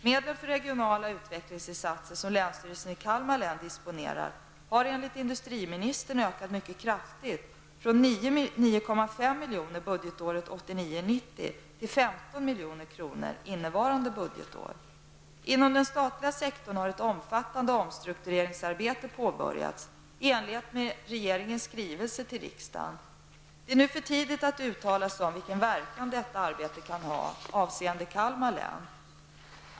Medlen för regionala utvecklingsinsatser som länsstyrelsen i Kalmar län disponerar har enligt industriministern ökat mycket kraftigt, från 9,5 Inom den statliga sektorn har ett omfattande omstruktureringsarbete påbörjats i enlighet med regeringens skrivelse till riksdagen. Det är nu för tidigt att uttala sig om vilken verkan detta arbete kan ha med avseende på Kalmar län.